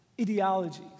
ideologies